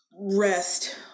rest